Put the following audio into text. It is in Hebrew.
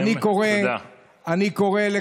תודה, תודה רבה.